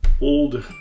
old